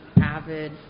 avid